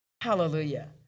hallelujah